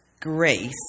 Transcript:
grace